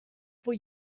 for